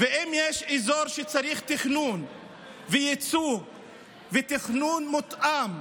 ואם יש אזור שצריך תכנון וייצוג ותכנון מותאם,